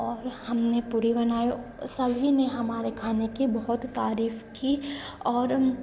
और फिर हमने पूड़ी बनाई सभी ने हमारे खाने की बहुत तारीफ़ की और